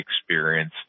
experience